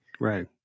Right